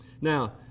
Now